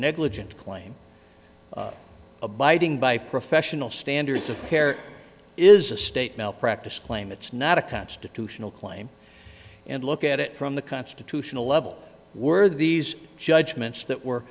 negligent claim abiding by professional standards of care is a state malpractise claim it's not a constitutional claim and look at it from the constitutional level were these judgments that were